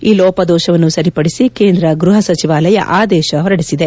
ಈ ಲೋಪದೋಷವನ್ನು ಸರಿಪಡಿಸಿ ಕೇಂದ್ರ ಗ್ರಹ ಸಚಿವಾಲಯ ಆದೇಶ ಹೊರಡಿಸಿದೆ